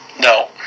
No